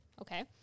Okay